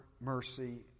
mercy